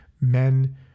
men